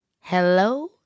Hello